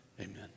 amen